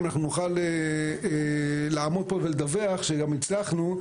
אנחנו נוכל לעמוד פה ולדווח שגם הצלחנו,